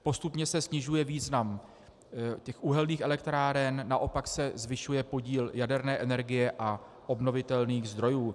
Postupně se snižuje význam uhelných elektráren, naopak se zvyšuje podíl jaderné energie a obnovitelných zdrojů.